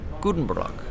Gutenberg